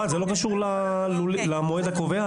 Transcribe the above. זה לא קשור למועד הקובע?